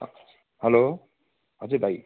hello हजुर भाइ